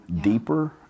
deeper